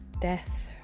death